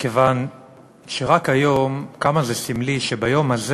מכיוון שרק היום, כמה זה סמלי שביום הזה